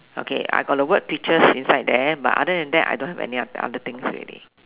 okay I got the word peaches inside there but other than that I don't have any other other things already